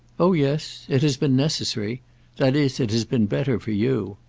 oh yes it has been necessary that is it has been better for you.